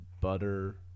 butter